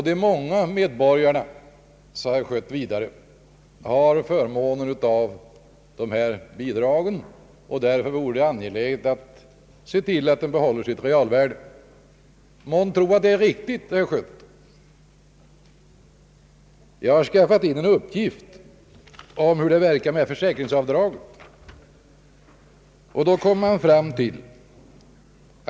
De många medborgarna, sade herr Om översyn av vissa avdragsregler Schött vidare, har förmån av de här avdragen, och därför är det angeläget att se till att avdragen behåller sitt realvärde. Månntro att det är riktigt, herr Schött? Jag har skaffat in en uppgift om hur det ligger till i fråga om försäkringsavdraget.